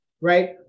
right